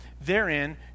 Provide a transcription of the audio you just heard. therein